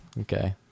Okay